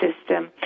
system